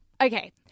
okay